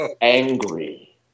angry